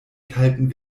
kalten